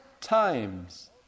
times